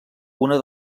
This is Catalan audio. una